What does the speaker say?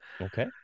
Okay